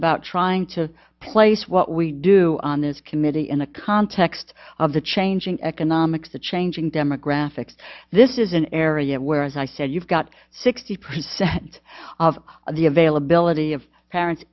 about trying to place what we do on this committee in the context of the changing economics the changing demographics this is an area where as i said you've got sixty percent of the availability of parents